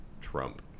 Trump